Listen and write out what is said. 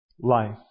life